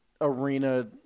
arena